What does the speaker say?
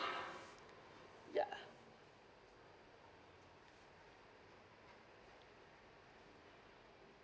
ya